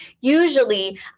usually